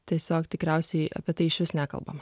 tiesiog tikriausiai apie tai išvis nekalbama